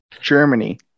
Germany